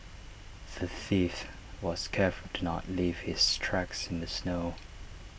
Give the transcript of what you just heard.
the thief was careful to not leave his tracks in the snow